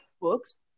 books